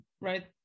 right